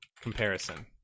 Comparison